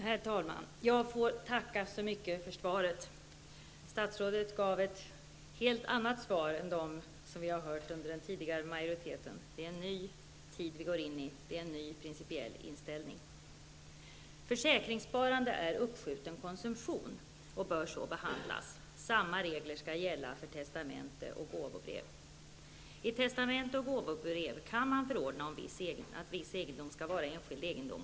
Herr talman! Jag får tacka så mycket för svaret. Statsrådet gav ett helt annat svar än de svar som vi hörde från den tidigare majoriteten. Vi går nu in i en ny tid med en ny principiell inställning. Försäkringssparande är uppskjuten konsumtion och bör så behandlas. Samma regler skall gälla som för testamente och gåvobrev. I testamente och gåvobrev kan man förordna om att viss egendom skall utgöra enskild egendom.